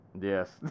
Yes